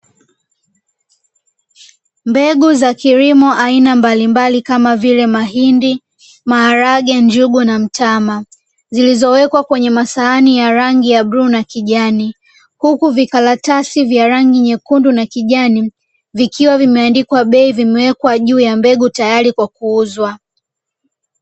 Mbegu za kilimo aina mbalimbali kama vile mahindi, maharage, njugu na mtama zilizowekwa kwenye masahani ya rangi ya bluu na kijani huku vikaratasi vya rangi nyekundu na kijani vikiwa vimeandikwa bei vimewekwa juu ya mbegu tayari kwa ajili ya kuuzwa.